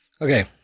Okay